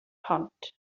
pont